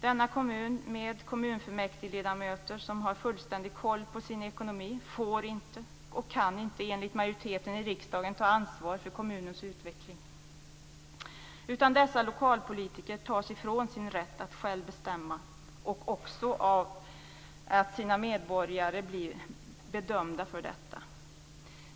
Denna kommun, med kommunfullmäktigeledamöter som har fullständig koll på sin ekonomi, får inte och kan inte enligt majoriteten i riksdagen ta ansvar för kommunens utveckling, utan dessa lokalpolitiker fråntas sin rätt att själva bestämma och av sina medborgare bli bedömda för detta.